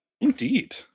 Indeed